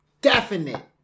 definite